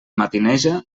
matineja